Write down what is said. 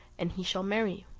and he shall marry you.